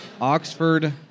Oxford